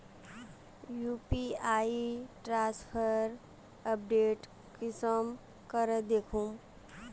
UPI transfer update कुंसम करे दखुम?